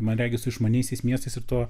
man regis išmaniaisiais miestais ir tuo